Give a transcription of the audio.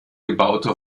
gebaute